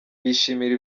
bishimira